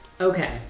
Okay